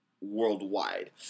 worldwide